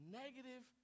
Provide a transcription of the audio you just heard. negative